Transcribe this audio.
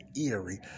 eerie